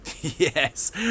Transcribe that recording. Yes